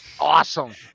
awesome